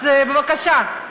אז בבקשה.